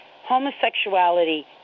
homosexuality